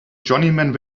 journeyman